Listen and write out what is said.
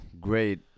great